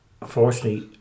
unfortunately